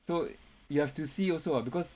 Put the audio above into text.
so you have to see also what because